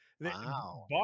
Wow